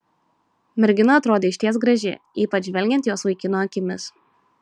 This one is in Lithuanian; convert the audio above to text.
mergina atrodė išties graži ypač žvelgiant jos vaikino akimis